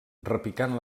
repicant